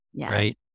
right